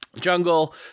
Jungle